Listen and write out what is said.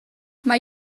mae